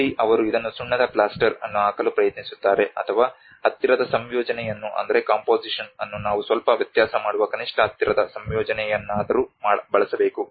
ಅಲ್ಲಿ ಅವರು ಇದನ್ನು ಸುಣ್ಣದ ಪ್ಲ್ಯಾಸ್ಟರ್ ಅನ್ನು ಹಾಕಲು ಪ್ರಯತ್ನಿಸುತ್ತಾರೆ ಅಥವಾ ಹತ್ತಿರದ ಸಂಯೋಜನೆಯನ್ನು ನಾವು ಸ್ವಲ್ಪ ವ್ಯತ್ಯಾಸ ಮಾಡುವ ಕನಿಷ್ಠ ಹತ್ತಿರದ ಸಂಯೋಜನೆಯನ್ನಾದರೂ ಬಳಸಬೇಕು